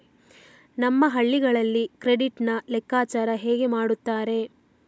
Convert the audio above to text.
ನಮ್ಮ ಹಳ್ಳಿಗಳಲ್ಲಿ ಕ್ರೆಡಿಟ್ ನ ಲೆಕ್ಕಾಚಾರ ಹೇಗೆ ಮಾಡುತ್ತಾರೆ?